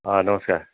অঁ নমস্কাৰ